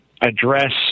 address